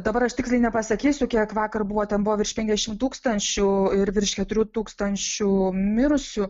dabar aš tiksliai nepasakysiu kiek vakar buvo ten buvo virš penkiasdešimt tūkstančių ir virš keturių tūkstančių mirusių